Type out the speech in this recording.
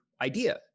idea